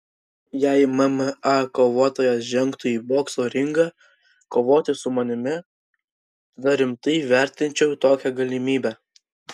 jei mma kovotojas žengtų į bokso ringą kovoti su manimi tada rimtai vertinčiau tokią galimybę